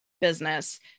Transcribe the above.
business